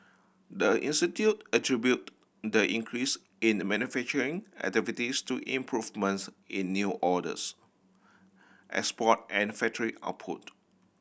the institute attributed the increase in a manufacturing activities to improvements in new orders export and factory output